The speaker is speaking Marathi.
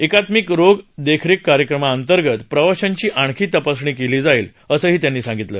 एकात्मिक रोग देखरेख कार्यक्रमांतर्गत प्रवाशांची आणखी तपासणी केली जाईल असंही त्यांनी सांगितलं